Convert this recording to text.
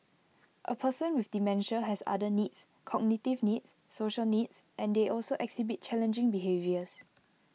A person with dementia has other needs cognitive needs social needs and they also exhibit challenging behaviours